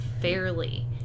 fairly